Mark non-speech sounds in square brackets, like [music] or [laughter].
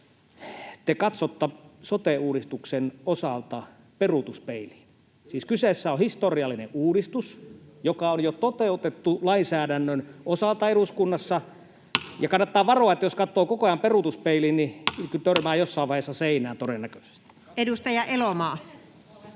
te katsotte sote-uudistuksen osalta peruutuspeiliin. Siis kyseessä on historiallinen uudistus, joka on jo toteutettu lainsäädännön osalta eduskunnassa. [noise] Kannattaa varoa: jos katsoo koko ajan peruutuspeiliin, [noise] niin törmää jossain vaiheessa seinään, todennäköisesti. Edustaja Elomaa.